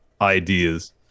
ideas